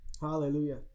Hallelujah